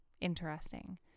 interesting